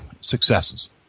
successes